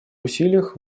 усилиях